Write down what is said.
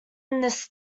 his